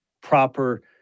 proper